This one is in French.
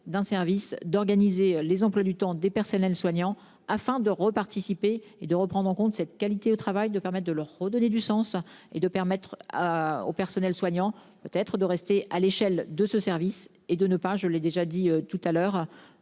d'organiser les emplois du temps des personnels soignants afin d'euros participer et de reprendre en compte cette qualité au travail de permettent de leur redonner du sens et de permettre. Au personnel soignant, peut être de rester à l'échelle de ce service et de ne pas je l'ai déjà dit tout à l'heure,